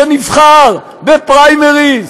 שנבחר בפריימריז